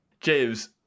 James